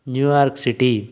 New York city